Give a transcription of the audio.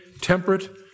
temperate